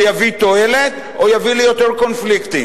זה יביא תועלת או יביא ליותר קונפליקטים?